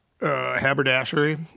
haberdashery